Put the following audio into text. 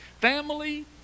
family